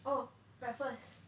oh breakfast